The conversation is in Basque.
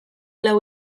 lau